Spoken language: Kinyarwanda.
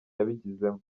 yabigizemo